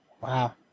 wow